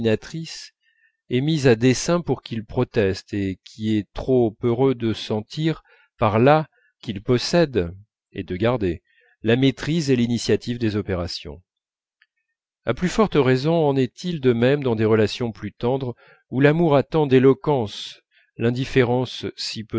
incriminatrice est mise à dessein pour qu'il proteste et qui est trop heureux de sentir par là qu'il possède et de garder la maîtrise de l'initiative des opérations à plus forte raison en est-il de même dans des relations plus tendres où l'amour a tant d'éloquence l'indifférence